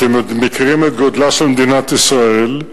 אתם מכירים את גודלה של מדינת ישראל,